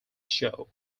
show